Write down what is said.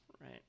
right